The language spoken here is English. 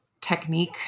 technique